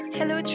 Hello